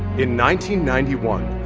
in ninety ninety one,